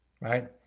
Right